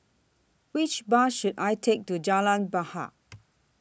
Which Bus should I Take to Jalan Bahar